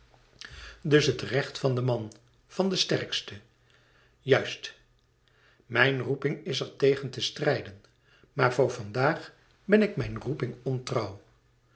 dus het recht van den man van den sterkste juist mijn roeping is er tegen te strijden maar voor van daag ben ik mijn roeping ongetrouw